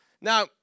Now